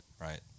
right